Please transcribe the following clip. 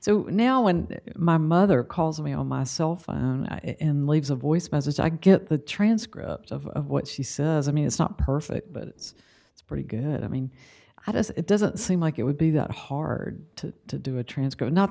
so now when my mother calls me on my cell phone and leaves a voice message i get the transcript of what she says i mean it's not perfect but it's it's pretty good i mean how does it doesn't seem like it would be that hard to to do a transco not